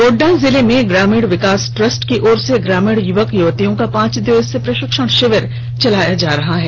गोड्डा जिले में ग्रामीण विकास ट्रस्ट की ओर से ग्रामीण युवक युवतियों का पांच दिवसीय प्रशिक्षण शिविर चलाया जा रहा है